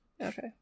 Okay